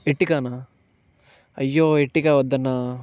ఎట్టిగానా అయ్యో ఎట్టిగా వద్దన్నా